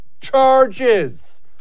Charges